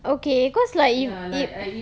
okay cause like if if